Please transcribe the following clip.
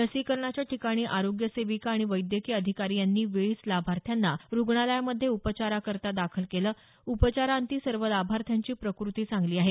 लसीकरणाच्या ठिकाणी आरोग्य सेविका आणि वैद्यकीय अधिकारी यांनी वेळीच लाभार्थ्यांना रूग्णालयामध्ये उपचाराकरता दाखल केलं उपचाराअंती सर्व लाभार्थ्यांची प्रकृती चांगली आहे